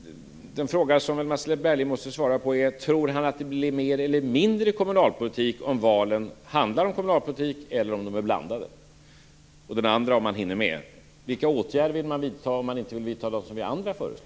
Den fråga som Mats Berglind måste svara på är följande: Tror han att det blir mer eller att det blir mindre kommunalpolitik om valen handlar om kommunalpolitik eller om valen är blandade? Om Mats Berglind hinner med att svara har jag en fråga till: Vilka åtgärder vill man vidta om man nu inte vill vidta de åtgärder som vi andra föreslår?